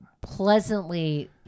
pleasantly